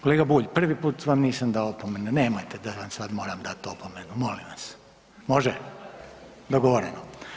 Kolega Bulj prvi put vam nisam dao opomenu, nemojte da vam sad moram dati opomenu, molim vas, može, dogovoreno.